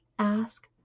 Ask